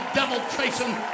devil-chasing